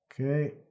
okay